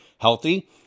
healthy